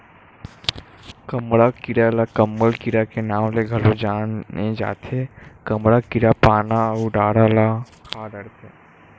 कमरा कीरा ल कंबल कीरा के नांव ले घलो जाने जाथे, कमरा कीरा पाना अउ डारा ल खा डरथे